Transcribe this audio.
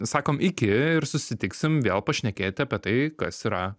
sakom iki ir susitiksim vėl pašnekėti apie tai kas yra